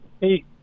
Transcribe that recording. Hey